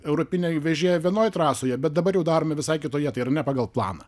europinė vėžė vienoj trasoje bet dabar jau darome visai kitoje tai yra ne pagal planą